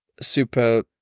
super